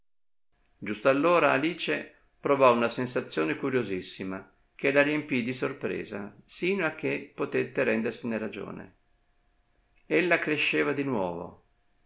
giusto allora alice provò una sensazione curiosissima che la riempì di sorpresa sino a che potette rendersene ragione ella cresceva di nuovo